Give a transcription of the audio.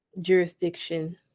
jurisdiction